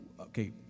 Okay